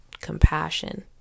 compassion